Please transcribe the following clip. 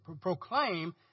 proclaim